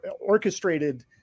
orchestrated